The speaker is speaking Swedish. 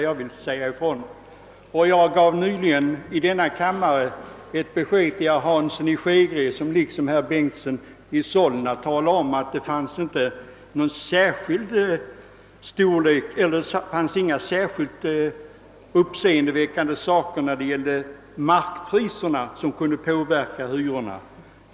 Jag gav nyligen i denna kammare besked till herr Hansson i Skegrie, som liksom herr Bengtson i Solna påstod att markpriserna inte i uppseendeväckande grad påverkade hyrorna.